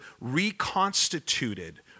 reconstituted